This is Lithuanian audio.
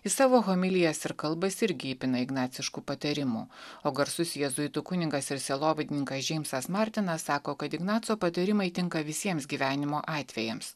į savo homilijas ir kalbas irgi įpina ignaciškų patarimų o garsus jėzuitų kunigas ir sielovadininkas džeimsas martinas sako kad ignaco patarimai tinka visiems gyvenimo atvejams